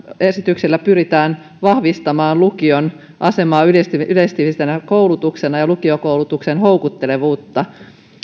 esityksellä pyritään vahvistamaan lukion asemaa yleissivistävänä koulutuksena ja lukiokoulutuksen houkuttelevuutta